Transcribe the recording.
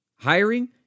Hiring